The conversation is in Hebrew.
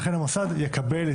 ולכן המוסד יקבל,